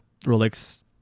Rolex